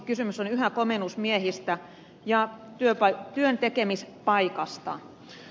kysymys on yhä komennusmiehistä ja työntekemispaikasta